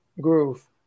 groove